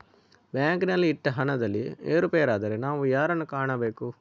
ಬ್ಯಾಂಕಿನಲ್ಲಿ ಇಟ್ಟ ಹಣದಲ್ಲಿ ಏರುಪೇರಾದರೆ ನಾವು ಯಾರನ್ನು ಕಾಣಬೇಕು?